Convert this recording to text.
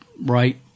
right